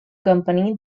company